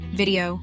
video